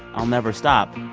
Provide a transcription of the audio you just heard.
i'll never stop.